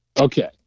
Okay